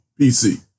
PC